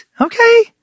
Okay